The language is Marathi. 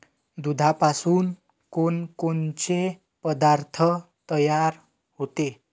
दुधापासून कोनकोनचे पदार्थ तयार होते?